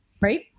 right